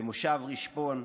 במושב רשפון,